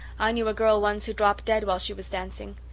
i knew a girl once who dropped dead while she was dancing.